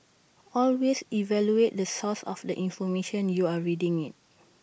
always evaluate the source of the information you're reading IT